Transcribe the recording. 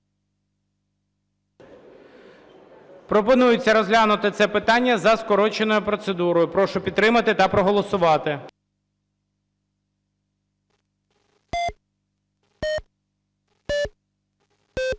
Пропонується розглянути це питання за скороченою процедурою, прошу підтримати та проголосувати.